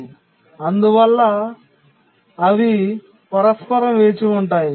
మరియు అందువల్ల అవి పరస్పరం వేచి ఉంటారు